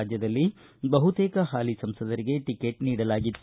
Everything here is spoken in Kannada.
ರಾಜ್ಯದಲ್ಲಿ ಬಹುತೇಕ ಹಾಲಿ ಸಂಸದರಿಗೆ ಟಿಕೆಟ್ ನೀಡಲಾಗಿತ್ತು